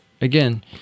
again